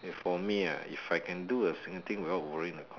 if for me ah if I can do a single thing without worrying the